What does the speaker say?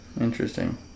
Interesting